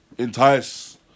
entice